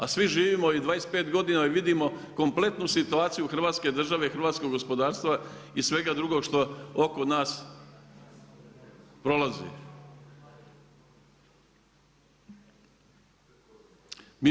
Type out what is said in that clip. A svi živimo i 25 godina i vidimo kompletnu situaciju Hrvatske države i hrvatskog gospodarstva i svega drugog što oko nas prolazi.